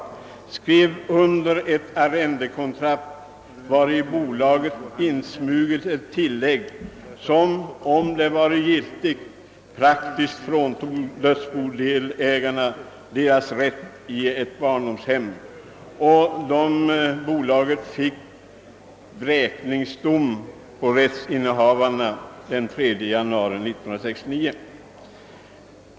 I arrendekontraktet hade bolaget insmugit ett tillägg som, om det varit giltigt, praktiskt taget skulle frånta dödsbodelägarna deras rätt till ett barndomshem. Bolaget fick vräkningsdom mot rättsinnehavarna den 3 januari 1969.